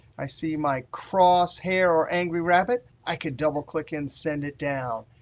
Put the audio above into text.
i see my cross hair or angry rabbit, i can double click and send it down.